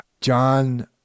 John